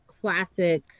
classic